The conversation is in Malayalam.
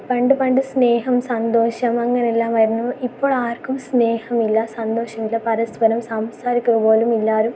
പണ്ട് പണ്ട് സ്നേഹം സന്തോഷം അങ്ങനെല്ലാമായിരുന്നു ഇപ്പോഴാർക്കും സ്നേഹമില്ല സന്തോഷമില്ല പരസ്പരം സംസാരിക്കുക പോലുമില്ല ആരും